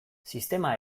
sistema